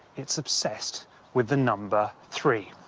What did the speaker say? it's obsessed with the number three.